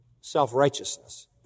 self-righteousness